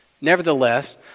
Nevertheless